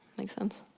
make sense?